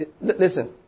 Listen